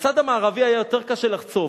בצד המערבי היה יותר קשה לחצוב.